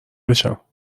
بشم